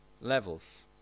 levels